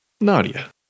Nadia